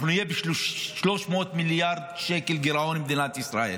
אנחנו נהיה ב-300 מיליארד שקל גירעון במדינת ישראל.